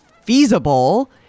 feasible